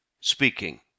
speaking